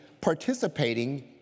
participating